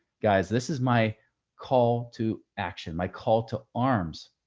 guys, this is my call to action. my call to arms,